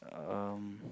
um